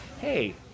hey